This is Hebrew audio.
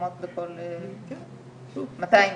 מקומות בכל בית, אז 200?